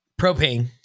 propane